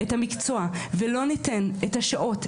אם לא נייקר את המקצוע ולא ניתן את השעות,